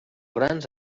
grans